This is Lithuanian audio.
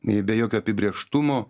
ir be jokio apibrėžtumo